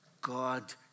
God